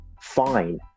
fine